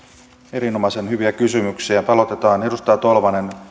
erinomaisen hyviä kysymyksiä aloitetaan edustaja tolvanen